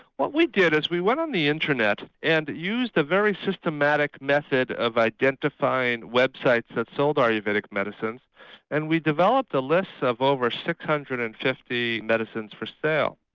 what we did is we went on the internet and used the very systematic method of identifying websites that sold ayurvedic medicines and we developed a list of over six hundred and fifty medicines for sale.